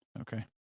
Okay